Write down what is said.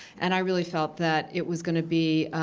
and i really felt that it was going to be